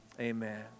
Amen